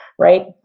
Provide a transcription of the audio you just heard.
Right